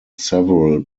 several